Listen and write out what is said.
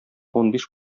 унбиш